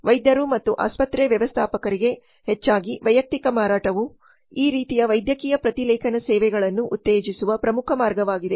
ವೈದ್ಯರು ಮತ್ತು ಆಸ್ಪತ್ರೆ ವ್ಯವಸ್ಥಾಪಕರಿಗೆ ಹೆಚ್ಚಾಗಿ ವೈಯಕ್ತಿಕ ಮಾರಾಟವು ಈ ರೀತಿಯ ವೈದ್ಯಕೀಯ ಪ್ರತಿಲೇಖನ ಸೇವೆಗಳನ್ನು ಉತ್ತೇಜಿಸುವ ಪ್ರಮುಖ ಮಾರ್ಗವಾಗಿದೆ